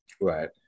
Right